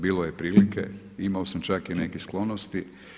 Bilo je prilike, imao sam čak i nekih sklonosti.